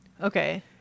Okay